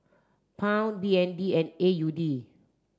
pound B N D and A U D